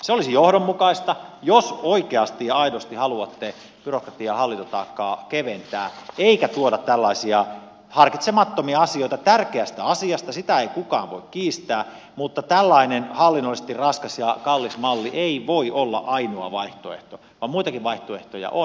se olisi johdonmukaista jos oikeasti ja aidosti haluatte byrokratiaa ja hallintotaakkaa keventää eikä tuoda tällaisia harkitsemattomia asioita tärkeästä asiasta sitä ei kukaan voi kiistää mutta tällainen hallinnollisesti raskas ja kallis malli ei voi olla ainoa vaihtoehto vaan muitakin vaihtoehtoja on